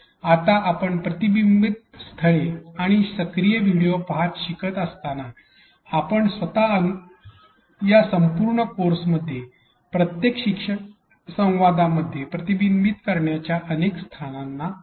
आता आपण प्रतिबिंब स्थळे आणि सक्रिय व्हिडिओ पाहणे शिकत असताना आपण स्वत या संपूर्ण कोर्समध्ये प्रत्येक शिक्षण संवादामध्ये प्रतिबिंबित करण्याच्या अनेक स्थळांना अनुभवले